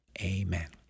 Amen